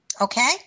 Okay